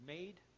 Made